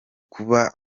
kuba